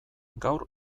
gaur